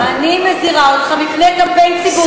אני מזהירה אותך מפני קמפיין ציבורי,